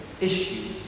issues